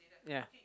ya